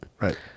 Right